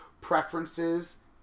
preferences